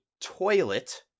toilet